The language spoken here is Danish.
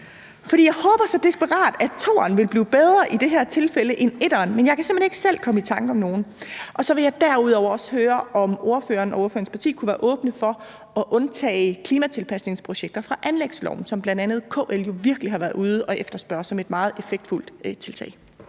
jeg håber så desperat, at toeren vil blive bedre i det her tilfælde end etteren, men jeg kan simpelt hen ikke selv komme i tanker om nogen. Så vil jeg derudover også høre, om ordføreren og ordførerens parti kunne være åbne for at undtage klimatilpasningsprojekter fra anlægsloven. Det har bl.a. KL jo virkelig været ude at efterspørge, fordi det er et meget effektfuldt tiltag.